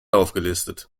aufgelistet